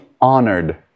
honored